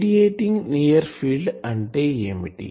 radiating near field అంటే ఏమిటి